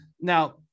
now